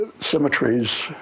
Symmetries